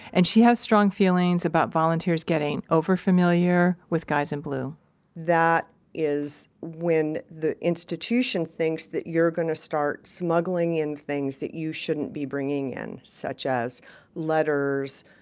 and she has strong feelings about volunteers getting overfamiliar with guys in blue that is when the institution thinks that you're gonna start smuggling in things that you shouldn't be bringing in such as letters,